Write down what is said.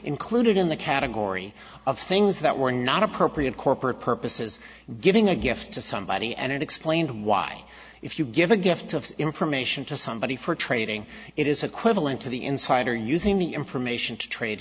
included in the category of things that were not appropriate corporate purposes giving a gift to somebody and it explained why if you give a gift of information to somebody for trading it is equivalent to the insider using the information to trade